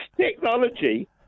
technology